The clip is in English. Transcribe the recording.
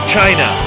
China